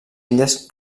illes